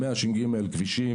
החל מהש"ג,